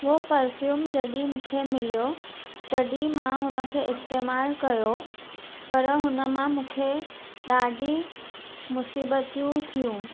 वो परफ्यूम जॾहिं मूंखे मिलियो तॾहिं मां हुनखे इस्तेमालु कयो पर हुनमां मूंखे ॾाढी मुसिबतियूं थियूं